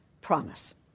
Promise